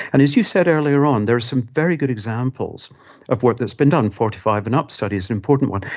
and as you said earlier on, there are some very good examples of what has been done, forty five and up study is an important one.